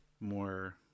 more